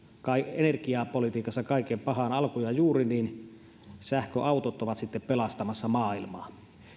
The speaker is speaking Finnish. kai energiapolitiikassa kaiken pahan alku ja juuri niin sähköautot ovat sitten pelastamassa maailmaa